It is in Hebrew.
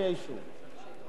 ולכן אני חשבתי,